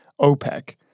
OPEC